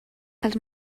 els